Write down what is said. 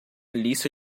lista